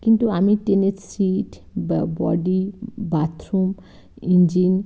কিন্তু আমি ট্রেনের সিট বা বডি বাথরুম ইঞ্জিন